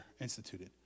instituted